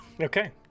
Okay